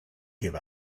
give